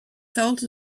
felt